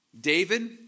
David